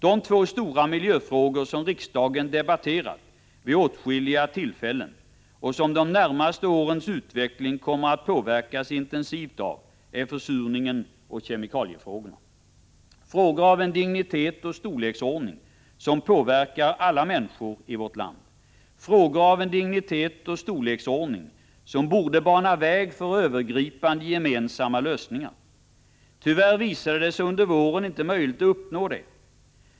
De två stora miljöfrågor som riksdagen debatterat vid åtskilliga tillfällen och som de närmaste årens utveckling kommer att påverkas intensivt av är försurningen och kemifrågorna, frågor av en dignitet och storleksordning som påverkar alla människor i vårt land, frågor av en dignitet och storleksordning som borde bana väg för övergripande gemensamma lösningar. Tyvärr visade det sig under våren inte möjligt att uppnå detta.